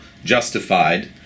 justified